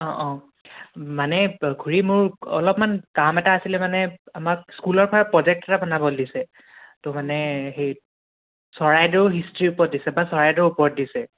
অঁ অঁ মানে খুৰী মোৰ অলপমান কাম এটা আছিলে মানে আমাক স্কুলৰ পৰা প্ৰজেক্ট এটা বনাব দিছে তো মানে সেই চৰাইদেউ হিষ্ট্ৰীৰ ওপৰত দিছে বা চৰাইদেউ ওপৰত দিছে